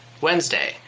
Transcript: Wednesday